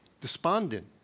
despondent